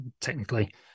technically